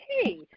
hey